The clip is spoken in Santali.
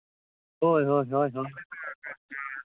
ᱦᱳᱭ ᱦᱳᱭ ᱦᱳᱭ ᱦᱳᱭ